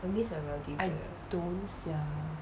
I don't sia